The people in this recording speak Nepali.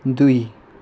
दुई